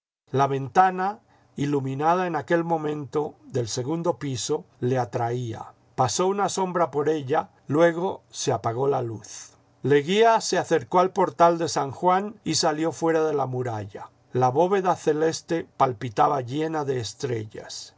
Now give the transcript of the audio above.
la ventana iluminada en aquel momento del segundo piso le atraía pasó una sombra por ella luego se apagó la luz leguía se acercó al portal de san juan y salió ñiera de la muralla la bóveda celeste palpitaba llena de estrellas